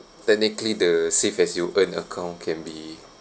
technically the save as you earn account can be